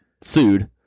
sued